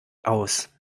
aus